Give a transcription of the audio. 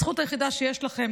הזכות היחידה שיש לכם,